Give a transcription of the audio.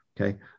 Okay